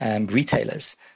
retailers